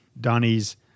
Donnie's